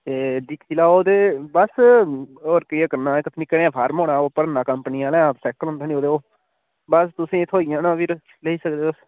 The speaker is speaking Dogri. ते दिक्खी लैओ ते बस होर केह् करना इक निक्का जेहा फार्म होना ओह् परना कम्पनी आहलें दा साईकल हुंदा ओह् बस तुसेंगी थ्होई जाना फिर लेई सकदे तुस